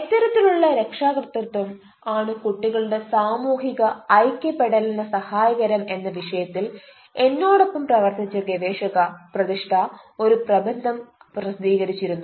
എത്തരത്തിലുള്ള രക്ഷാകർതൃത്വം ആണ് കുട്ടികളുടെ സാമൂഹിക ഐക്യപെടലിന് സഹായകരം എന്ന വിഷയത്തിൽ എന്നോടൊപ്പം പ്രവർത്തിച്ച ഗവേഷക പ്രതിഷ്ഠ ഒരു പ്രബന്ധം പ്രസിദ്ധീകരിച്ചിരുന്നു